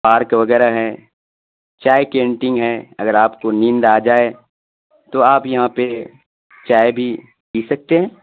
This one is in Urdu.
پارک وغیرہ ہے چائے کینٹین ہے اگر آپ کو نیند آجائے تو آپ یہاں پہ چائے بھی پی سکتے ہیں